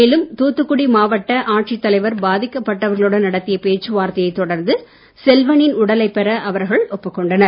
மேலும் தூத்துக்குடி மாவட்ட ஆட்சித் தலைவர் பாதிக்கப்பட்டவர்களுடன் நடத்திய பேச்சுவார்த்தையைத் தொடர்ந்து செல்வனின் உடலைப் பெற அவர்கள் ஒப்புக் கொண்டனர்